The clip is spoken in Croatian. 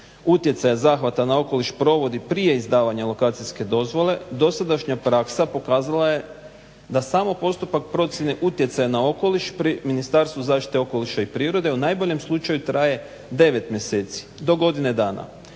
utjecaja zahvata na okoliš provodi prije izdavanja lokacijske dozvole dosadašnja praksa pokazala je da smo postupak procjene utjecaja na okoliš pri Ministarstvu zaštite okoliša i prirode u najboljem slučaju traje 9 mjeseci do godine dana.